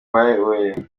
bayoboye